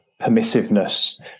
permissiveness